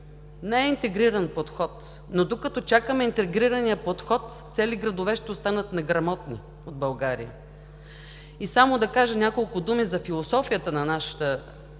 не е интегриран подход, но докато чакаме интегрирания подход, цели градове ще останат неграмотни в България. И само да кажа няколко думи за философията на нашето